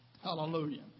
hallelujah